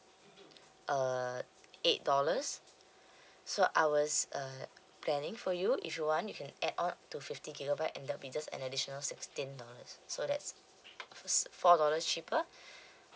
uh eight dollars so I was uh planning for you if you want you can add on to fifty gigabyte and that'll be just an additional sixteen dollars so that's four dollars cheaper